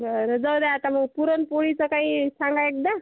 बरं जाऊ दे आता मग पुरणपोळीचं काही सांगा एकदा